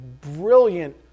brilliant